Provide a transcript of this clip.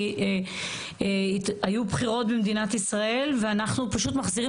כי היו בחירות במדינת ישראל ואנחנו פשוט מחזירים